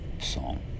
song